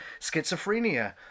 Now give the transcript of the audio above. schizophrenia